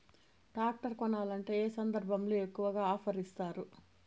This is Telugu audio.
టాక్టర్ కొనాలంటే ఏ సందర్భంలో ఎక్కువగా ఆఫర్ ఇస్తారు?